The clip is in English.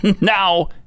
now